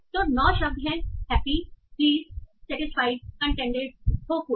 तो 9 शब्द हैं happy pleased satisfied contented hopeful